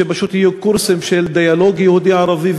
שפשוט יהיו קורסים של דיאלוג יהודי ערבי,